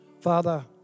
Father